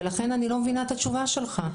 ולכן אני לא מבינה את התשובה שלך.